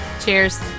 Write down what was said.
Cheers